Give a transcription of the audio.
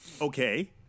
Okay